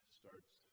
starts